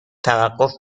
توقف